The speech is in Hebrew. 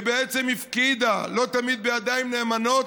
היא בעצם הפקידה, לא תמיד בידיים נאמנות,